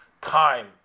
time